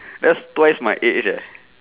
thats twice my age eh